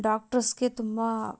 ಡಾಕ್ಟರ್ಸ್ಗೆ ತುಂಬ